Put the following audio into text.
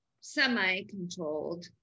semi-controlled